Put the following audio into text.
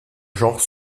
genre